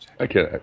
Okay